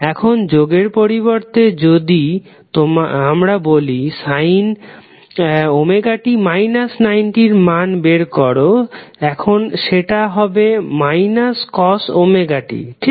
এখন যোগের পরিবর্তে যদি আমরা বলি sin ωt 90 এর মান বের করো এখন সেটা হবে cos ωt ঠিক